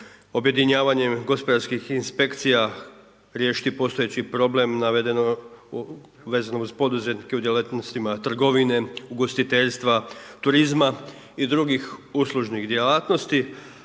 objedinjavanjem gospodarskih inspekcija, riješiti postojeći problem navedenog, vezanim uz poduzetnike u djelatnostima trgovine, ugostiteljstva, turizma i drugih uslužnih djelatnosti,